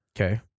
Okay